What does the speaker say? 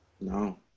No